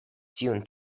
tiun